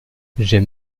j’aime